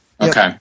Okay